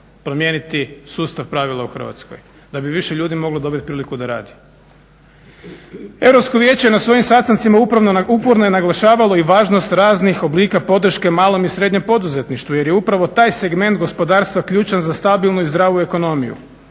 promijeniti sustav pravila u Hrvatskoj da bi više ljudi moglo dobiti priliku da radi. Europsko vijeće je na svojim sastancima uporno je naglašavalo i važnost raznih oblika podrške malom i srednjem poduzetništvu jer je upravo taj segment gospodarstva ključan za stabilnu i zdravu ekonomiju.